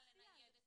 בסדר.